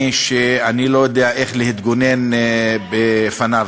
שאני לא יודע איך להתגונן מפניו.